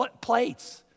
plates